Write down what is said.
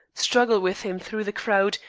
struggled with him through the crowd,